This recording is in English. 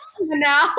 now